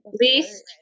least